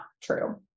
true